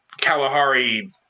Kalahari